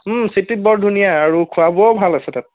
seat তীত বৰ ধুনীয়া আৰু খোৱা বোৱাও ভাল আছিলে তাত